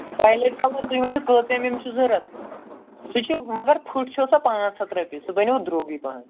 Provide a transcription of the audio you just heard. violate colour تُہۍ ؤنِو کٔژ ایِم ایم چھِ ضوٚرَتھ سُہ چھِ مگر پھٕٹ چھِو سۄ پانٛژھ ہَتھ رۄپیہِ سُہ بَنیو درٛوگٕے پَہَم